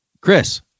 Chris